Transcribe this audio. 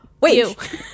Wait